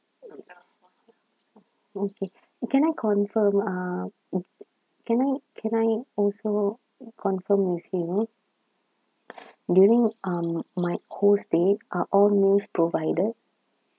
okay can I confirm uh can I can I also confirm with you during um my whole stay are all meals provided